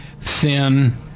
thin